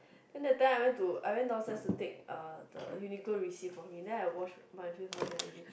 then that time I went to I went downstairs to take uh the Uniqlo receipt from him then I wash my face one already